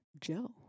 Joe